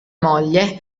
moglie